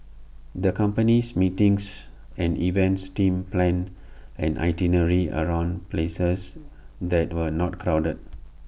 the company's meetings and events team planned an itinerary around places that were not crowded